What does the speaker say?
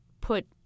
put